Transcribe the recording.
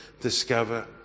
discover